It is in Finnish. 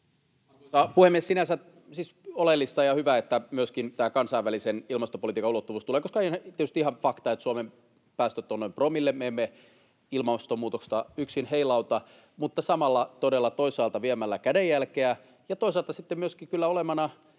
sinänsä siis oleellista ja hyvä, että myöskin tämä kansainvälisen ilmastopolitiikan ulottuvuus tulee, koska onhan tietysti ihan fakta, että Suomen päästöt ovat noin promillen ja me emme ilmastonmuutosta yksin heilauta. Mutta samalla todella toisaalta viemällä kädenjälkeä ja toisaalta sitten